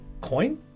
coin